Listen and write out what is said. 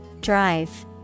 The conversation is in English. Drive